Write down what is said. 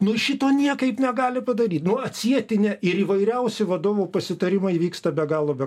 nu šito niekaip negali padaryt nu atsieti ne ir įvairiausi vadovų pasitarimai vyksta be galo be